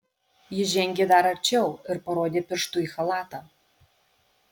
ji žengė dar arčiau ir parodė pirštu į chalatą